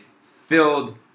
filled